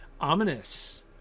ominous